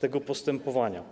tego postępowania.